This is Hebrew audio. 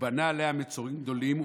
ובנה עליה מצורים גדולים,